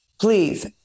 please